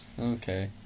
okay